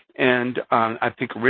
and i think,